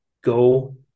go